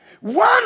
One